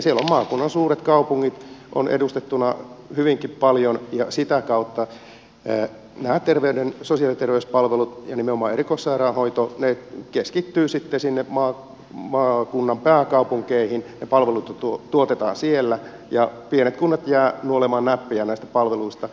siellä ovat maakunnan suuret kaupungit edustettuina hyvinkin paljon ja sitä kautta nämä sosiaali ja terveyspalvelut ja nimenomaan erikoissairaanhoito keskittyvät sitten sinne maakunnan pääkaupunkeihin ja palveluita tuotetaan siellä ja pienet kunnat jäävät nuolemaan näppejään näistä palveluista